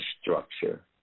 structure